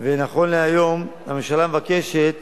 ונכון להיום הממשלה מבקשת